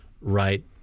right